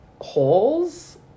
holes